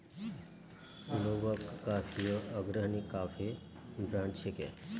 Luwak कॉफियो अग्रणी coffee brand छिके